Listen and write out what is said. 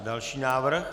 Další návrh.